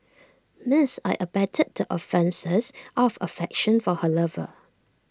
Miss I abetted the offences out of affection for her lover